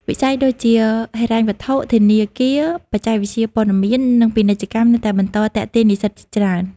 វិស័យដូចជា ហិរញ្ញវត្ថុ ធនាគារ បច្ចេកវិទ្យាព័ត៌មាន និងពាណិជ្ជកម្មនៅតែបន្តទាក់ទាញនិស្សិតជាច្រើន។